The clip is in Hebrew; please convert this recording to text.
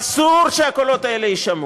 אסור שהקולות האלה יישמעו.